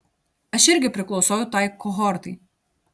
aš irgi priklausau tai kohortai